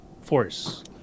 force